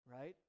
right